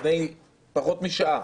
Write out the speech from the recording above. לפני פחות משעה.